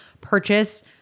purchase